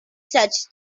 such